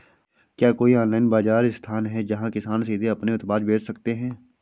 क्या कोई ऑनलाइन बाज़ार स्थान है जहाँ किसान सीधे अपने उत्पाद बेच सकते हैं?